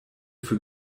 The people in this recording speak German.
für